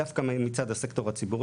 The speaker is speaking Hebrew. דווקא מצד הסקטור הציבורי,